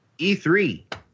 E3